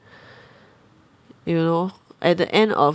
you know at the end of